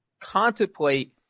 contemplate